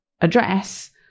address